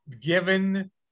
given